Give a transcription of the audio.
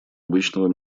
обычного